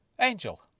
angel